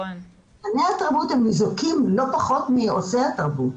צרכני התרבות ניזוקים לא פחות מעושי התרבות.